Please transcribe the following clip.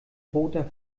roter